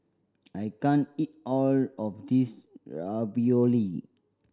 I can't eat all of this Ravioli